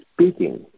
speaking